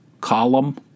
column